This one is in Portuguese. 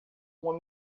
uma